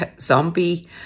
zombie